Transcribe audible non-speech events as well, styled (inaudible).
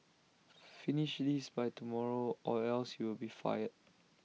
(noise) finish this by tomorrow or else you'll be fired